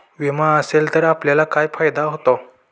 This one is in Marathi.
विमा असेल तर आपल्याला काय फायदा होतो?